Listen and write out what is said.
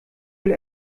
will